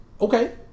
Okay